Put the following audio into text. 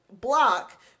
block